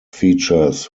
features